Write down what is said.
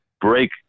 break